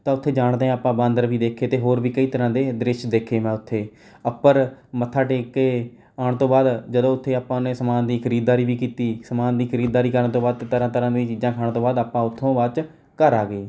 ਤਾਂ ਉੱਥੇ ਜਾਣ ਦੇ ਆਪਾਂ ਬਾਂਦਰ ਵੀ ਦੇਖੇ ਅਤੇ ਹੋਰ ਵੀ ਕਈ ਤਰ੍ਹਾਂ ਦੇ ਦ੍ਰਿਸ਼ ਦੇਖੇ ਮੈਂ ਉੱਥੇ ਉੱਪਰ ਮੱਥਾ ਟੇਕ ਕੇ ਆਉਣ ਤੋਂ ਬਾਅਦ ਜਦੋਂ ਉੱਥੇ ਆਪਾਂ ਨੇ ਸਮਾਨ ਦੀ ਖਰੀਦਦਾਰੀ ਵੀ ਕੀਤੀ ਸਮਾਨ ਦੀ ਖਰੀਦਦਾਰੀ ਕਰਨ ਤੋਂ ਬਾਅਦ ਤਰ੍ਹਾਂ ਤਰ੍ਹਾਂ ਦੀਆਂ ਚੀਜ਼ਾਂ ਖਾਣ ਤੋਂ ਬਾਅਦ ਆਪਾਂ ਉੱਥੋਂ ਬਾਅਦ 'ਚ ਘਰ ਆ ਗਏ